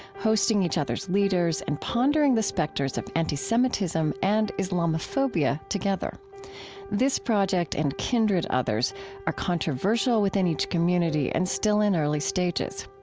hosting each other's leaders and pondering the specters of anti-semitism and islamophobia together this project and kindred others are controversial within each community and still in early stages.